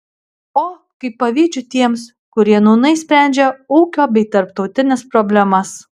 o kaip pavydžiu tiems kurie nūnai sprendžia ūkio bei tarptautines problemas